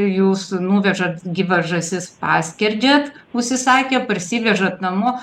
jūs nuvežat gyvas žąsis paskerdžiat užsisakę parsivežat namo